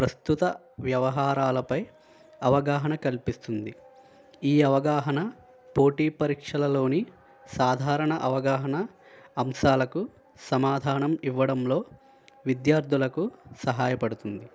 ప్రస్తుత వ్యవహారాలపై అవగాహన కల్పిస్తుంది ఈ అవగాహన పోటీ పరీక్షలలోని సాధారణ అవగాహన అంశాలకు సమాధానం ఇవ్వడంలో విద్యార్థులకు సహాయపడుతుంది